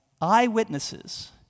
eyewitnesses